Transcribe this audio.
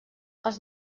els